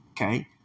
Okay